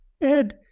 ed